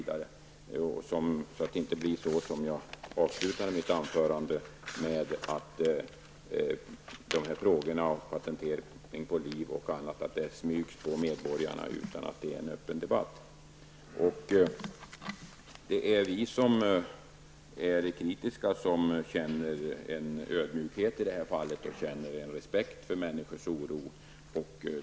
Det får inte bli så som jag avslutade mitt huvudanförande med att beskriva, nämligen att t.ex. frågor om patent på liv så att säga smygs på medborgarna utan att det förs en öppen debatt. Det är vi som är kritiska som känner ödmjukhet i det här sammanhanget. Vi känner respekt för människors oro.